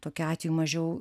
tokiu atveju mažiau